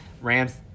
Rams